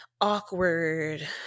awkward